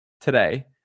today